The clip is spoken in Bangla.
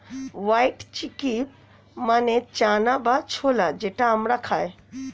হোয়াইট চিক্পি মানে চানা বা ছোলা যেটা আমরা খাই